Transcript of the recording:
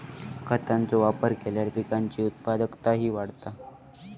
खतांचो वापर केल्यार पिकाची उत्पादकताही वाढता